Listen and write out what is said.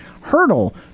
hurdle